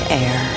air